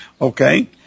Okay